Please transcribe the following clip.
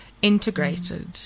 integrated